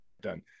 Done